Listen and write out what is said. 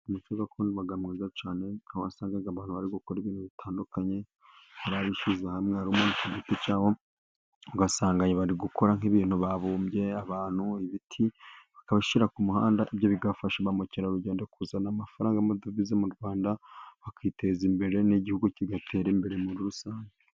Umucyo gakondo uba mwiza cyane, aho wasangaga abantu bari gukora ibintu bitandukanye, hari abishyize hamwe ari umuntu ku giti cye, ugasanga bari gukora nk'ibintu babumbye abantu, ibiti, bakabashyira ku muhanda, ibyo bigafasha ba mukerarugendo kuzana amafaranga y'amadovize mu Rwanda, bakiteza imbere n'igihugu kigatera imbere muri rusange.